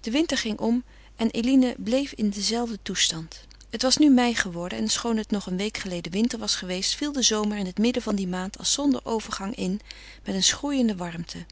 de winter ging om en eline bleef in denzelfden toestand het was nu mei geworden en schoon het nog een week geleden winter was geweest viel de zomer in het midden van die maand als zonder overgang in met een schroeiende warmte